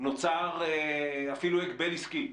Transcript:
נוצר אפילו הגבל עסקי,